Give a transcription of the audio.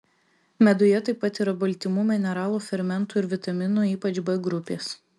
meduje taip pat yra baltymų mineralų fermentų ir vitaminų ypač b grupės